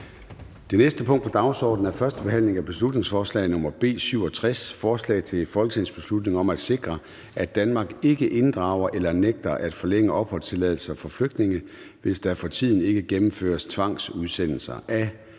Det næste punkt på dagsordenen er: 21) 1. behandling af beslutningsforslag nr. B 67: Forslag til folketingsbeslutning om at sikre, at Danmark ikke inddrager eller nægter at forlænge opholdstilladelser for flygtninge, hvis der for tiden ikke gennemføres tvangsudsendelser.